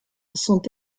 sont